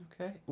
Okay